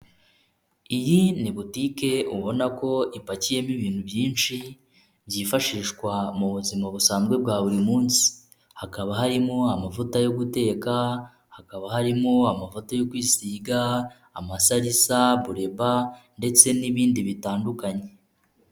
Iyi ni butike ubona ko ipakiyemo ibintu byinshi byifashishwa mu buzima busanzwe bwa buri munsi, hakaba harimo amavuta yo guteka, hakaba harimo amavuta yo kwisiga, amasarisa, amabuleba ndetse n'ibindi bitandukanye.